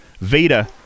Vita